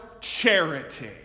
charity